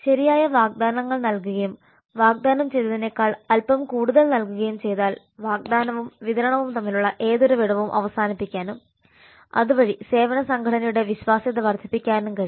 ശരിയായ വാഗ്ദാനങ്ങൾ നൽകുകയും വാഗ്ദാനം ചെയ്തതിനേക്കാൾ അൽപ്പം കൂടുതൽ നൽകുകയും ചെയ്താൽ വാഗ്ദാനവും വിതരണവും തമ്മിലുള്ള ഏതൊരു വിടവും അവസാനിപ്പിക്കാനും അതുവഴി സേവന സംഘടനയുടെ വിശ്വാസ്യത വർദ്ധിപ്പിക്കാനും കഴിയും